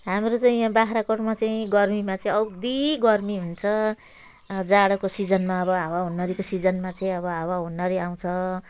हाम्रो चाहिँ यहाँ बाग्रागोटमा चाहिँ गर्मीमा चाहिँ औधी गर्मी हुन्छ जाडोको सिजनमा अब हावा हुण्डरी सिजनमा चाहिँ अब हावा हुण्डरी आउँछ